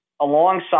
alongside